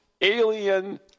alien